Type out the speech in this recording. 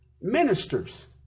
Ministers